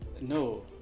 No